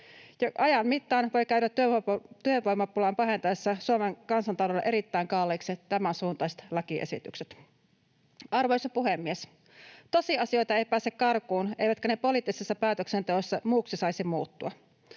lakiesitykset voivat käydä työvoimapulan pahentuessa Suomen kansantaloudelle erittäin kalliiksi. Arvoisa puhemies! Tosiasioita ei pääse karkuun, eivätkä ne poliittisessa päätöksenteossa muuksi saisi muuttua.